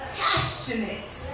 passionate